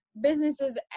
businesses